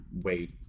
wait